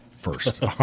first